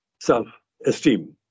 self-esteem